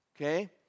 okay